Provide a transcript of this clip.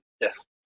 yes